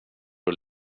och